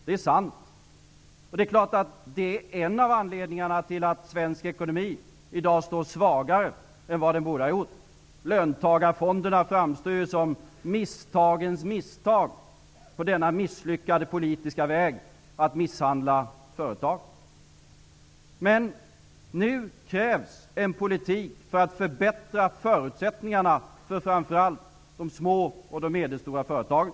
Det är sant, och det är klart att det är en av anledningarna till att svensk ekonomi i dag står svagare än vad den borde ha gjort. Löntagarfonderna framstår ju som misstagens misstag på denna misslyckade politiska väg att misshandla företagen. Men nu krävs en politik för att förbättra förutsättningarna för framför allt de små och medelstora företagen.